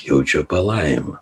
jaučia palaimą